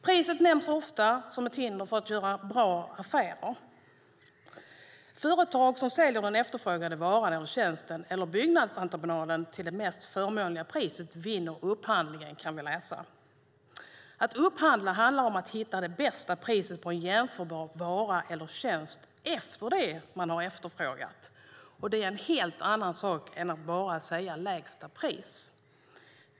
Priset nämns ofta som ett hinder för att göra bra affärer. Företag som säljer den efterfrågade varan, tjänsten eller byggentreprenaden till det mest förmånliga priset vinner upphandlingen, kan vi läsa. Att upphandla handlar om att hitta det bästa priset på en jämförbar vara eller tjänst utifrån vad man har efterfrågat, och det är en helt annan sak än att bara säga lägsta pris.